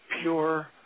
pure